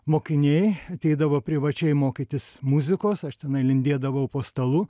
mokiniai ateidavo privačiai mokytis muzikos aš tenai lindėdavau po stalu